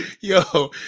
Yo